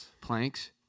planks